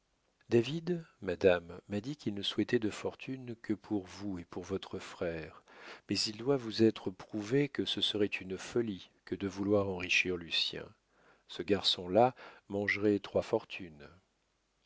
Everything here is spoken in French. david madame m'a dit qu'il ne souhaitait de fortune que pour vous et pour votre frère mais il doit vous être prouvé que ce serait une folie que de vouloir enrichir lucien ce garçon-là mangerait trois fortunes